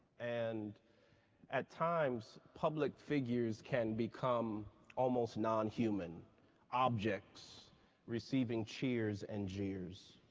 and at times public figures can become almost non-human object receiveing cheers and jeers.